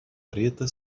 preta